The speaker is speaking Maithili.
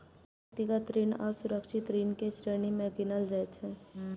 व्यक्तिगत ऋण असुरक्षित ऋण के श्रेणी मे गिनल जाइ छै